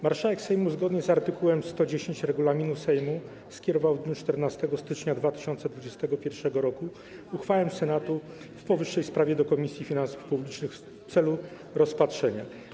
Marszałek Sejmu zgodnie z art. 110 regulaminu Sejmu skierowała w dniu 14 stycznia 2021 r. uchwałę Senatu w powyższej sprawie do Komisji Finansów Publicznych w celu rozpatrzenia.